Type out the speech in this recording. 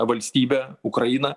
valstybę ukrainą